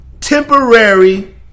Temporary